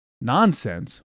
nonsense